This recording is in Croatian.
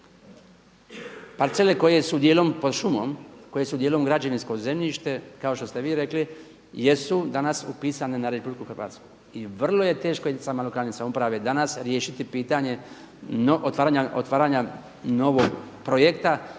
parcele koje su dijelom pod šumom, koje su dijelom građevinsko zemljište kao što ste vi rekli jesu danas upisane na RH i vrlo je teško jedinicama lokalne samouprave danas riješiti pitanje otvaranja novog projekta